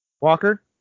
Walker